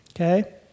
Okay